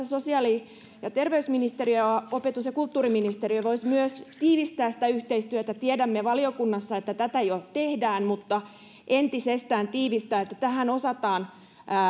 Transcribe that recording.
sosiaali ja terveysministeriö ja opetus ja kulttuuriministeriö voisivat tässä myös tiivistää sitä yhteistyötä tiedämme valiokunnassa että tätä jo tehdään mutta entisestään tiivistää että tähän osataan